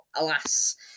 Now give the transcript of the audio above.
alas